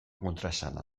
kontraesana